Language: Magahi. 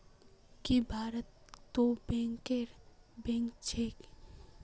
की भारतत तो बैंकरेर बैंक छेक